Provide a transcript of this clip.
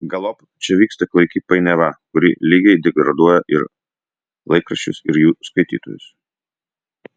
galop čia įvyksta klaiki painiava kuri lygiai degraduoja ir laikraščius ir jų skaitytojus